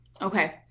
Okay